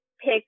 pick